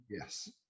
Yes